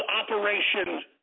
Operation